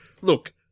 Look